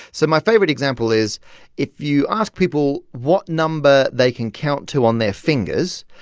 so my favorite example is if you ask people what number they can count to on their fingers,